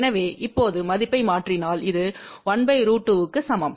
எனவே இப்போது மதிப்பை மாற்றினால் இது 1√2 க்கு சமம்